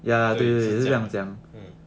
ya 对是这样讲 mm